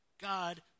God